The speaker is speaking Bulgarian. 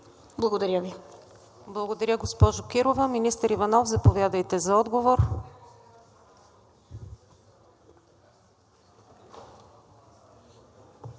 КУЗМАНОВА: Благодаря, госпожо Кирова. Министър Иванов, заповядайте за отговор.